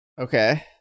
Okay